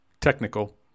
technical